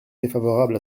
défavorables